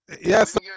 yes